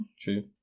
True